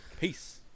Peace